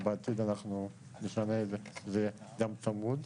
בעתיד אנחנו נשנה את זה שזה יהיה גם צמוד,